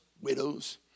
widows